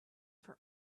for